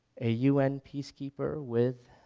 a un peace keeper with,